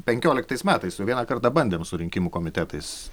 penkioliktais metais jau vieną kartą bandėm su rinkimų komitetais